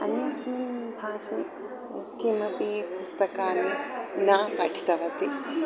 अन्यस्मिन् भाषायां किमपि पुस्तकानि न पठितवती